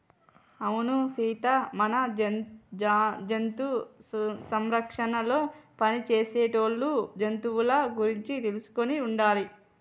అవును సీత మన జంతు సంరక్షణలో పని చేసేటోళ్ళు జంతువుల గురించి తెలుసుకొని ఉండాలి